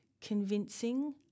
convincing